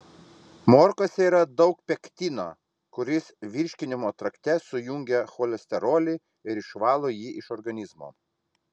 morkose yra daug pektino kuris virškinimo trakte sujungia cholesterolį ir išvalo jį iš organizmo